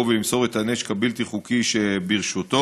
ולמסור את הנשק הבלתי-חוקי שברשותו.